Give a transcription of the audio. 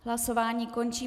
Hlasování končím.